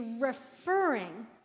referring